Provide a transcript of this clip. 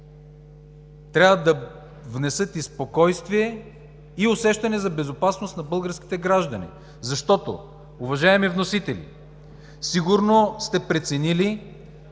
трябва да внесат и спокойствие, и усещане за безопасност в българските граждани. Уважаеми вносители, сигурно сте преценили,